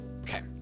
okay